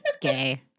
gay